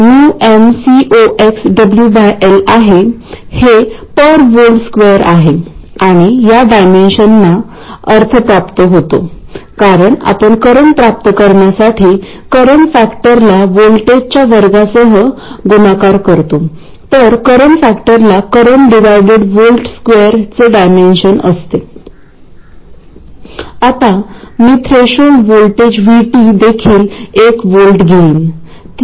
तर त्यासाठी आपण खालील प्रमाणे केले ट्रांजिस्टर साठी 3 V चाVGSवापरावा लागतो असे म्हणण्याऐवजी आपल्याला माहिती आहे की जर ते सॅच्यूरेशन मध्ये असेल तर ते 200 μA चा करंट वापरतात